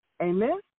Amen